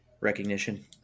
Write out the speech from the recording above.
recognition